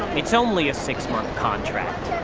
it's only a six month contract.